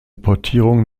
portierung